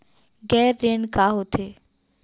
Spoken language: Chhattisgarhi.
गैर ऋण का होथे?